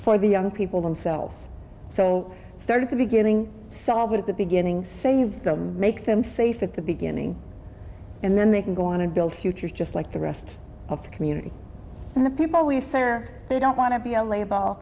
for the young people themselves so i started to beginning solved at the beginning save them make them safe at the beginning and then they can go on to build futures just like the rest of the community and the people we serve they don't want to be a layer of all